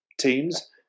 Teams